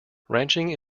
ranching